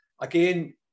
again